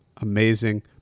Amazing